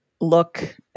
look